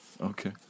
Okay